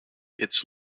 its